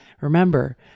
Remember